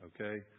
Okay